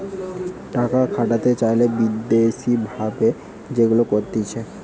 টাকা খাটাতে চাইলে বিদেশি ভাবে যেগুলা করতিছে